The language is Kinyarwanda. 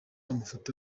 amafoto